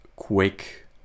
Quick